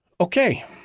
Okay